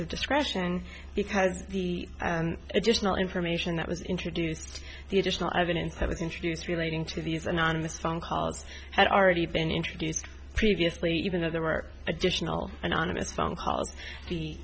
of discretion because the additional information that was introduced the additional evidence have introduced relating to these anonymous phone calls had already been introduced previously even though there were additional anonymous phone calls see